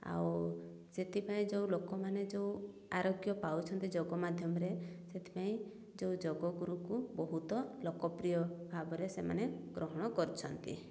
ଆଉ ସେଥିପାଇଁ ଯେଉଁ ଲୋକମାନେ ଯେଉଁ ଆରୋଗ୍ୟ ପାଉଛନ୍ତି ଯୋଗ ମାଧ୍ୟମରେ ସେଥିପାଇଁ ଯେଉଁ ଯୋଗ ଗୁରୁକୁ ବହୁତ ଲୋକପ୍ରିୟ ଭାବରେ ସେମାନେ ଗ୍ରହଣ କରୁଛନ୍ତି